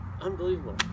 unbelievable